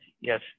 yes